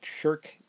shirk